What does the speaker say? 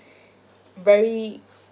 very